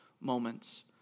moments